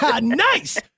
Nice